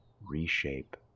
reshape